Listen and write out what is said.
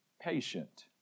patient